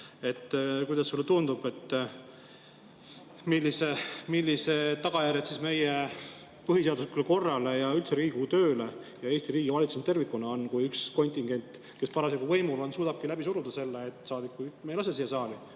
Kuidas sulle tundub? Millised on tagajärjed meie põhiseaduslikule korrale ja üldse Riigikogu tööle ja Eesti riigi valitsemisele tervikuna, kui üks kontingent, kes parasjagu võimul on, suudabki läbi suruda selle, et saadikut ei lasta siia saali,